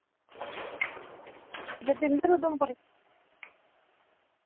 Jatinder Udhampuri